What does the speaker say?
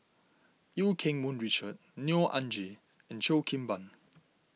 Eu Keng Mun Richard Neo Anngee and Cheo Kim Ban